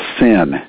sin